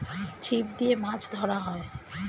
ছিপ দিয়ে মাছ ধরা হয়